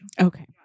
Okay